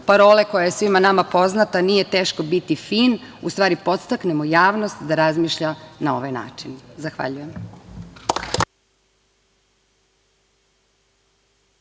parole koja je svima nama poznata „nije teško biti fin“ u stvari podstaknemo javnost da razmišlja na ovaj način. Zahvaljujem.